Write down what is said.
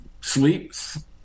sleeps